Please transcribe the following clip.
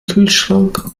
kühlschrank